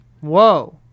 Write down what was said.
Whoa